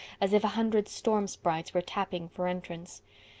as if a hundred storm sprites were tapping for entrance.